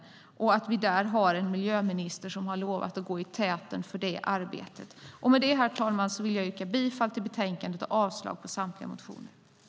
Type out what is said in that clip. Vi har en miljöminister som lovat gå i täten för det arbetet. Med detta, herr talman, yrkar jag bifall till utskottets förslag i betänkandet och avslag på samtliga motioner. I detta anförande instämde Anders Andersson .